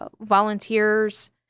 volunteers